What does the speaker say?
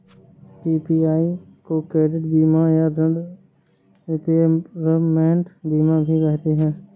PPI को credit बीमा या ॠण रिपेयरमेंट बीमा भी कहते हैं